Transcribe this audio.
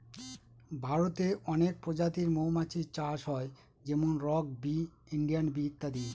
ভারতে অনেক প্রজাতির মৌমাছি চাষ হয় যেমন রক বি, ইন্ডিয়ান বি ইত্যাদি